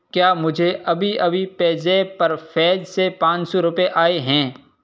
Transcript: کیا مجھے ابھی ابھی پےزیپ پر فیض سے پانچ سو روپئے آئے ہیں